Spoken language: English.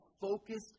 focused